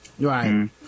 Right